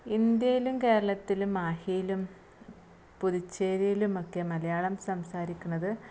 ഇന്ത്യയിലും കേരളത്തിലും മാഹിയിലും പുതുച്ചേരിയിലുമൊക്കെ മലയാളം സംസാരിക്കുന്നത്